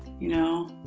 you know?